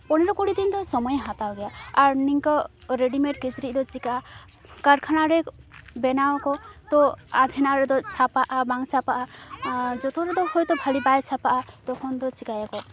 ᱯᱚᱱᱮᱨᱚ ᱠᱩᱲᱤᱫᱤᱱ ᱫᱚ ᱥᱚᱢᱚᱭᱮ ᱦᱟᱛᱟᱣ ᱜᱮᱭᱟ ᱟᱨ ᱱᱤᱝᱠᱟᱹ ᱨᱮᱰᱤᱢᱮᱰ ᱠᱤᱪᱨᱚᱡᱫᱚ ᱪᱤᱠᱟᱹᱜᱼᱟ ᱠᱟᱨᱠᱷᱟᱱᱟᱨᱮ ᱵᱮᱱᱟᱣᱟᱠᱚ ᱛᱚ ᱟᱫᱷᱮᱱᱟᱜ ᱨᱮᱫᱚ ᱪᱷᱟᱯᱟᱜᱼᱟ ᱵᱟᱝ ᱪᱷᱟᱯᱟᱜᱼᱟ ᱡᱚᱛᱚ ᱨᱮᱫᱚ ᱦᱚᱭᱛᱚ ᱵᱷᱟᱹᱞᱤ ᱵᱟᱭ ᱪᱷᱟᱯᱟᱜᱼᱟ ᱛᱚᱠᱷᱚᱱᱫᱚ ᱪᱤᱠᱟᱹᱭᱟᱠᱚ